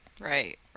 Right